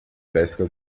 pesca